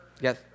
Yes